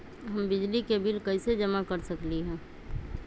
हम बिजली के बिल कईसे जमा कर सकली ह?